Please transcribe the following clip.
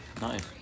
Nice